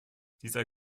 dieser